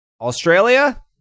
Australia